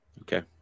Okay